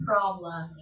Problem